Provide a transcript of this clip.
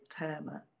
terma